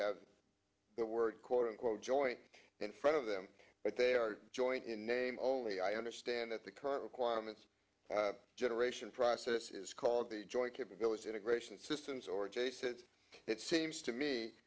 have the word quote unquote joint in front of them but they are joint in name only i understand that the current requirements generation process is called the joint capability integration systems or jason it seems to me